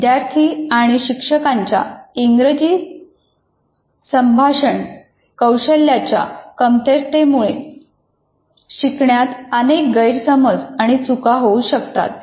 विद्यार्थी आणि शिक्षकांच्या इंग्रजी संभाषण कौशल्याच्या कमतरतेमुळे शिकवण्यात अनेक गैरसमज आणि चुका होऊ शकतात